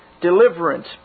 deliverance